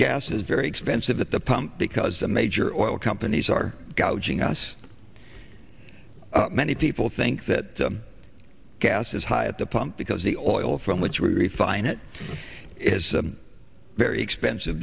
gas is very expensive at the pump because the major oil companies are gouging us many people think that gas is high at the pump because the oil from which we refine it is very expensive